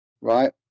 Right